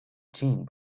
gene